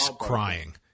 crying